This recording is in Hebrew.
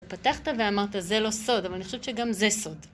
פתחת ואמרת, זה לא סוד, אבל אני חושבת שגם זה סוד.